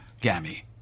Gammy